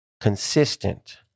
consistent